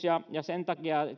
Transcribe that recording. ja ja sen takia